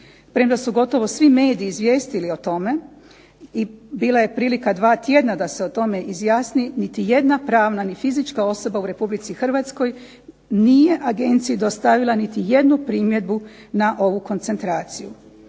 Premda su gotovo svi mediji izvijestili o tome i bila je prilika 2 tjedna da se o tome izjasni niti jedna pravna ni fizička osoba u RH nije agenciji dostavili niti jednu primjedbu na ovu koncentraciju.